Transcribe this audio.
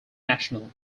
national